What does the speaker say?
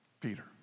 Peter